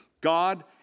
God